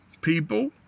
people